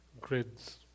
grids